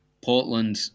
Portland